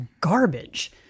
garbage